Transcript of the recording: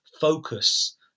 focus